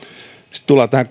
sitten tullaan tähän